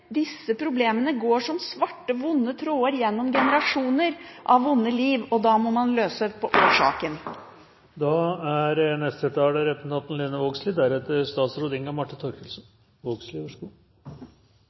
Disse problemene går som svarte, vonde tråder gjennom generasjoner av vonde liv, og da må man finne en løsning når det gjelder årsakene. Debatten går mot slutten, og det er